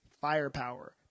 Firepower